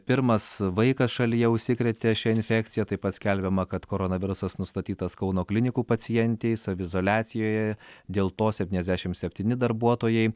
pirmas vaikas šalyje užsikrėtė šia infekcija taip pat skelbiama kad koronavirusas nustatytas kauno klinikų pacientei saviizoliacijoje dėl to septyniasdešimt septyni darbuotojai